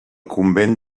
convent